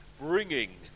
bringing